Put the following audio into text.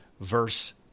Verse